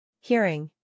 Hearing